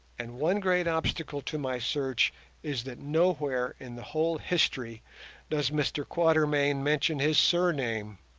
and one great obstacle to my search is that nowhere in the whole history does mr quatermain mention his surname.